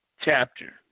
chapter